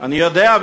אני יודע,